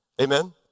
amen